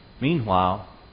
Meanwhile